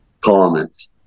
comments